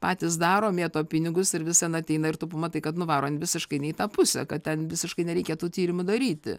patys daro mėto pinigus ir vis ten ateina ir tu pamatai kad nuvaromi visiškai ne į tą pusę kad ten visiškai nereikėtų tyrimų daryti